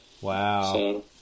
Wow